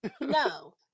No